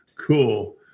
cool